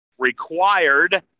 Required